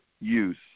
use